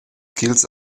ch’ils